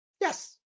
Yes